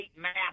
math